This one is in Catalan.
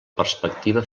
perspectiva